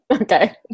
Okay